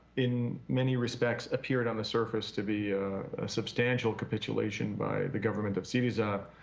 in many respects, appeared on the surface to be a substantial capitulation by the government of syriza.